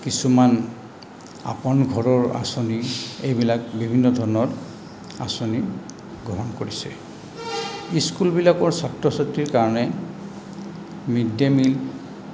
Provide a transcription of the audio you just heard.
কিছুমান আপোন ঘৰৰ আঁচনি এইবিলাক বিভিন্ন ধৰণৰ আঁচনি গ্ৰহণ কৰিছে স্কুলবিলাকৰ ছাত্ৰ ছাত্ৰীৰ কাৰণে মিড ডে' মিল